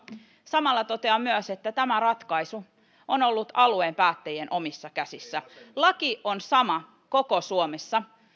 samalla totean myös että tämä ratkaisu on ollut alueen päättäjien omissa käsissä laki on sama koko suomessa